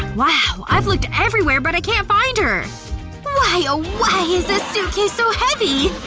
wow. i've looked everywhere but i can't find her why oh why is this suitcase so heavy?